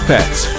Pets